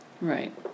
Right